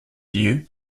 view